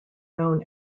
known